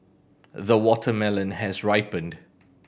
the watermelon has ripened